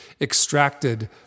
extracted